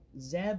Zeb